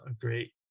great